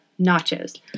nachos